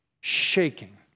shaking